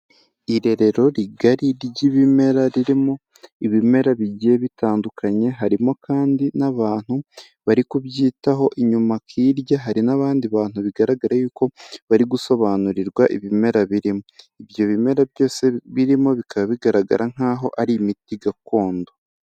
Irerero rigari ry'ibimera ririmo ibimera bigiye bitandukanye, harimo kandi n'abantu bari kubyitaho, inyuma hirya hari n'abandi bantu bigaragara yuko bari gusobanurirwa ibimera birimo, ibyo bimera byose birimo bikaba bigaragara nk'aho ari imiti gakondo.